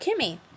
Kimmy